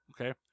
Okay